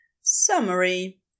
Summary